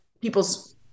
people's